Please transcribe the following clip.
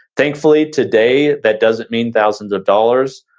thankfully, today, that doesn't mean thousands of dollars,